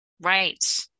Right